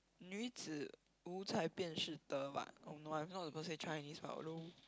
女子无才便是德 oh no I'm not supposed to say Chinese but lol